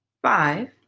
five